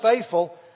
faithful